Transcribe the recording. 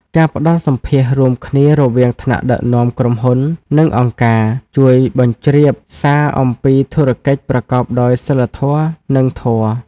ការផ្ដល់សម្ភាសន៍រួមគ្នារវាងថ្នាក់ដឹកនាំក្រុមហ៊ុន និងអង្គការ ជួយបញ្ជ្រាបសារអំពីធុរកិច្ចប្រកបដោយសីលធម៌ និងធម៌។